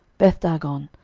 bethdagon,